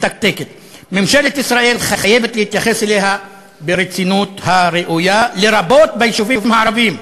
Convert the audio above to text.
ממשלת ישראל חייבת להתייחס אליה ברצינות הראויה ביישובים הערביים,